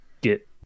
get